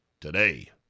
today